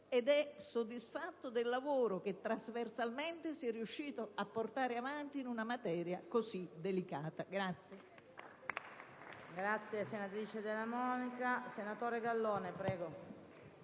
ed è soddisfatto del lavoro che trasversalmente si è riusciti a portare avanti in una materia così delicata.